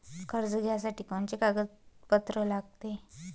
कर्ज घ्यासाठी कोनचे कागदपत्र लागते?